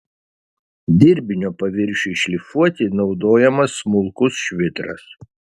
dirbinio paviršiui šlifuoti naudojamas smulkus švitras